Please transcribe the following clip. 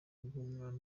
bw’umwana